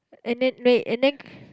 and then and then